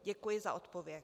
Děkuji za odpověď.